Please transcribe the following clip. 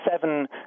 seven